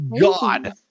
god